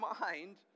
mind